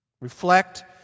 Reflect